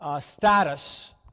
status